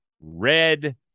red